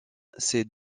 ces